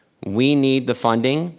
we need the funding,